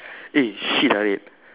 eh shit ah wait